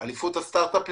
אליפות הסטארט אפ לנוער,